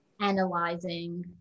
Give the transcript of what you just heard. analyzing